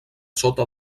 sota